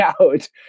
out